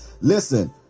Listen